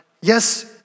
yes